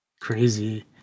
crazy